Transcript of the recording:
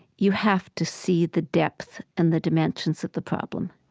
you have to see the depth and the dimensions of the problem